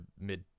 mid